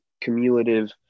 cumulative